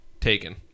taken